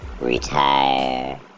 retire